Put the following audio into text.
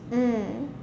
mm